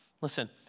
Listen